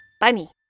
Bunny